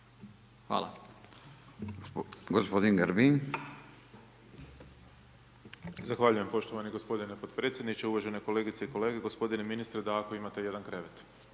Hvala. Hvala.